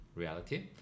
Reality